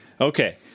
Okay